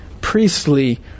priestly